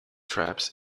traps